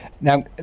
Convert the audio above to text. now